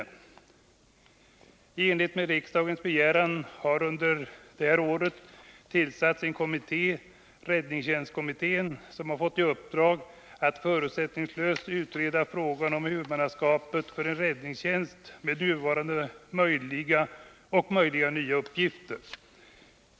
I enlighet med riksdagens begäran har under detta år tillsatts en kommitté, räddningstjänstkommittén, som har fått i uppdrag att förutsättningslöst utreda frågan om huvudmannaskapet för en räddningstjänst med nuvarande och möjliga nya uppgifter.